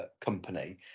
company